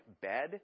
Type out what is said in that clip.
bed